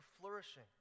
flourishing